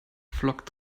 flock